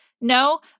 no